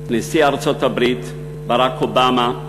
נשיא ארצות-הברית ברק אובמה,